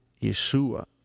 Yeshua